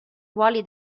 ruoli